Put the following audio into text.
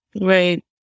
Right